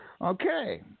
Okay